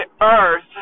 Earth